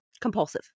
compulsive